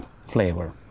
flavor